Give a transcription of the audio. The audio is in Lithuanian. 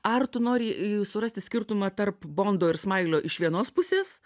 ar tu nori surasti skirtumą tarp bondo ir smailio iš vienos pusės